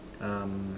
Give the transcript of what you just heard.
um